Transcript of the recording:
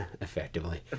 effectively